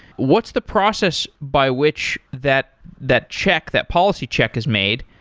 what's the process by which that that check, that policy check, is made?